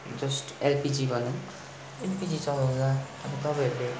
just LPG LPG चलाउँदा अब तपाईँहरूले